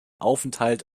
aufenthalt